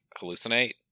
hallucinate